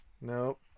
Nope